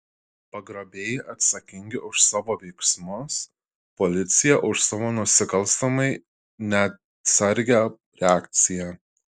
pagrobėjai atsakingi už savo veiksmus policija už savo nusikalstamai neatsargią reakciją